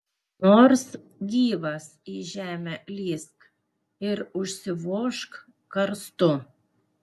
nors gyvas į žemę lįsk ir užsivožk karstu